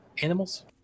animals